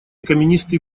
каменистый